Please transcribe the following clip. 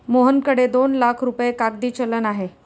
मोहनकडे दोन लाख रुपये कागदी चलन आहे